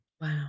Wow